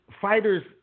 fighters